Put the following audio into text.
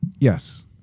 Yes